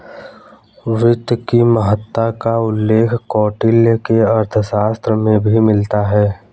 वित्त की महत्ता का उल्लेख कौटिल्य के अर्थशास्त्र में भी मिलता है